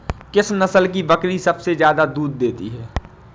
किस नस्ल की बकरी सबसे ज्यादा दूध देती है?